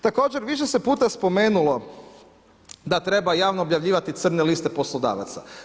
Također, više se puta spomenulo da treba javno objavljivati crne liste poslodavaca.